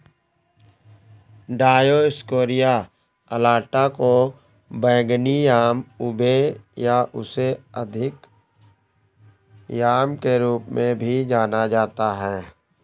Dioscorea अलाटा को बैंगनी याम उबे या उससे अधिक याम के रूप में भी जाना जाता है